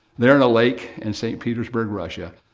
there in a lake in st. petersburg, russia.